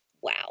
wow